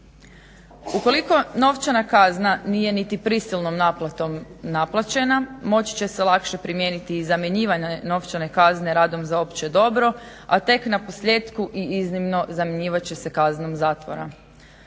Ukoliko novčana kazna nije niti prisilnom naplatom naplaćena, moći će se lakše primijeniti i zamjenjivanje novčane kazne radom za opće dobro, a tek naposljetku i iznimno zamjenjivat će se kaznom zatvora.